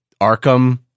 Arkham